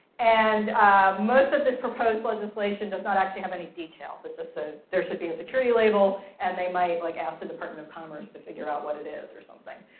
and most of this proposed legislation does not actually have any details. it just says there should be a and security label and they might like ask the department of commerce to figure out what it is or something.